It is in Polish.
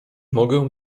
mogę